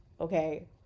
Okay